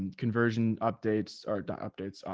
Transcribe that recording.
conversion updates or updates,